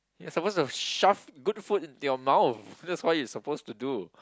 you're suppose to have shove good food into your mouth that's why you supposed to do